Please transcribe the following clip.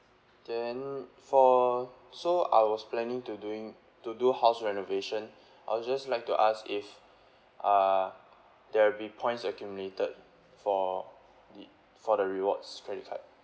then for so I was planning to doing to do house renovation I'll just like to ask if uh there will be points accumulated for the for the rewards credit card